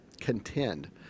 contend